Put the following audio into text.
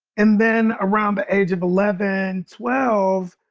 and then around the age of eleven twelve,